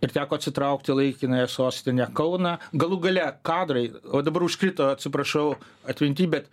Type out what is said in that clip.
ir teko atsitraukti į laikinąją sostinę kauną galų gale kadrai o dabar užkrito atsiprašau atminty bet